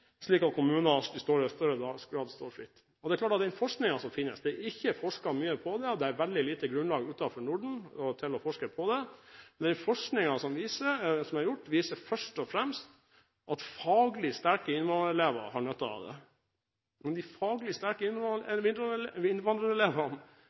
slik at kommunene i større grad skal stå fritt. Det er ikke forsket mye på det, og det er veldig lite grunnlag utenfor Norden til å forske på det, men den forskningen som er gjort, viser først og fremst at faglig sterke innvandrerelever har nytte av det. Men de faglig sterke